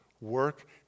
work